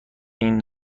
این